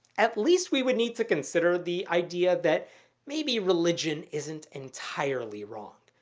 at least we would need to consider the idea that maybe religion isn't entirely wrong.